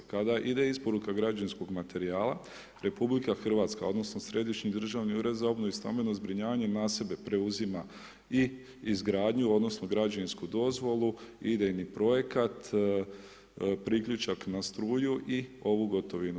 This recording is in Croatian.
Kada ide isporuka građevinskog materijala RH odnosno Središnji državni ured za obnovu i stambeno zbrinjavanje na sebe preuzima i izgradnju odnosno građevinsku dozvolu, idejni projekat, priključak na struju i ovu gotovinu.